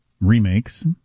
remakes